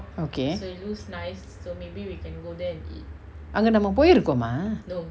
okay அங்க நம்ம போயிருக்கமா:anga namma poyirukkama